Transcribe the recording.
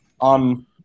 on